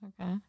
Okay